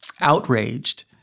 outraged